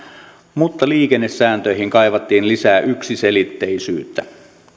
mutta liikennesääntöihin kaivattiin lisää yksiselitteisyyttä